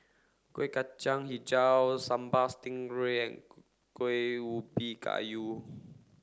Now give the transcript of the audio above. Kuih Kacang Hijau Sambal Stingray and Kuih Ubi Kayu